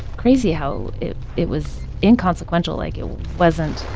crazy how it it was inconsequential, like it wasn't